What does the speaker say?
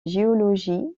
géologie